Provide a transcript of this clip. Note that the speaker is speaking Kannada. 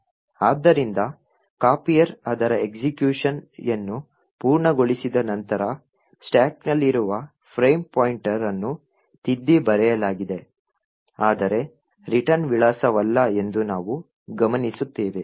ಆದ್ದರಿಂದ ಕಾಪಿಯರ್ ಅದರ ಎಸ್ಎಕ್ಯುಷನ್ ಯನ್ನು ಪೂರ್ಣಗೊಳಿಸಿದ ನಂತರ ಸ್ಟಾಕ್ನಲ್ಲಿರುವ ಫ್ರೇಮ್ ಪಾಯಿಂಟರ್ ಅನ್ನು ತಿದ್ದಿ ಬರೆಯಲಾಗಿದೆ ಆದರೆ ರಿಟರ್ನ್ ವಿಳಾಸವಲ್ಲ ಎಂದು ನಾವು ಗಮನಿಸುತ್ತೇವೆ